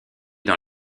dans